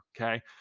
okay